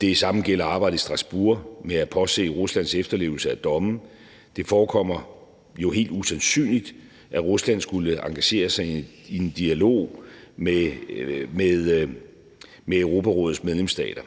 Det samme gælder arbejdet i Strasbourg med at påse Ruslands efterlevelse af domme. Det forekommer jo helt usandsynligt, at Rusland skulle engagere sig i en dialog med Europarådets medlemsstater.